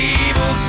evil